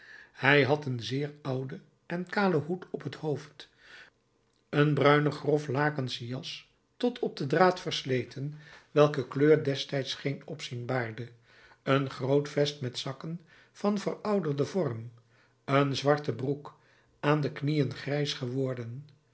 hij had een zeer ouden en kalen hoed op t hoofd een bruine grof lakensche jas tot op den draad versleten welke kleur destijds geen opzien baarde een groot vest met zakken van verouderden vorm een zwarte broek aan de knieën grijs geworden